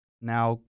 now